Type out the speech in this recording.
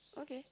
okay